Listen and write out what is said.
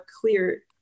clear